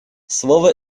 слово